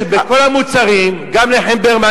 את הסוגיה החשובה, לטוב ולרע?